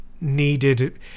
needed